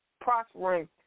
prospering